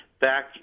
back